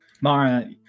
Mara